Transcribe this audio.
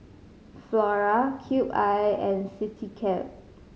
Flora Cube I and Citycab